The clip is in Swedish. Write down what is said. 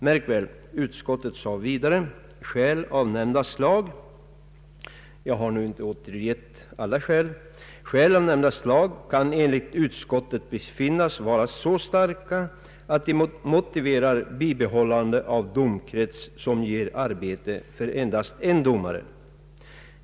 Märk väl, utskottet sade vidare: ”Skäl av nämnda slag” — jag har nu inte återgivit alla skäl — ”kan enligt utskottet befinnas vara så starka att de motiverar bibehållande av domkrets som ger arbete för endast en domare.